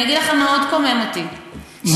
אני אגיד לכם מה עוד קומם אותי, מה קומם אותך?